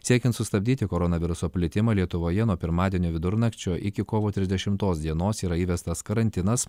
siekiant sustabdyti koronaviruso plitimą lietuvoje nuo pirmadienio vidurnakčio iki kovo trisdešimtos dienos yra įvestas karantinas